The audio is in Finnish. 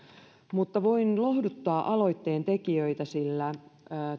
voin lohduttaa aloitteen tekijöitä sillä